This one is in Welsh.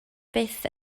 byth